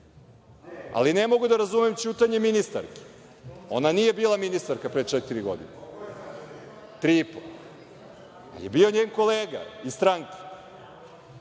Ali, ne mogu da razumem ćutanje ministarke. Ona nije bila ministarka pre četiri godine, tri i po. Bio je njen kolega iz stranke